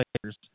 players